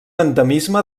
endemisme